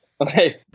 Okay